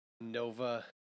Nova